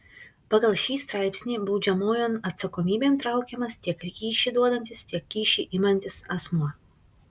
pagal šį straipsnį baudžiamojon atsakomybėn traukiamas tiek kyšį duodantis tiek kyšį imantis asmuo